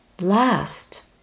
last